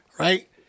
right